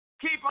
Keep